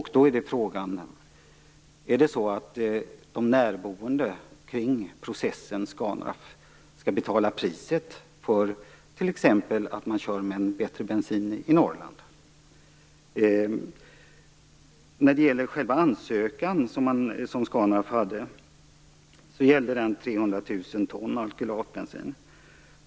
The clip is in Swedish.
Då är frågan: Skall de närboende kring processen på Scanraff betala priset för t.ex. att man kör med en bättre bensin i Norrland? Den ansökan Scanraff gjorde, gällde 300 000 ton alkylatbensin.